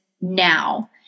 now